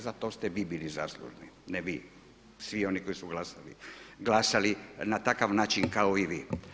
Za to ste vi bili zaslužni, ne vi, svi oni koji su glasali na takav način kao i vi.